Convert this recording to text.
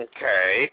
Okay